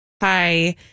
Hi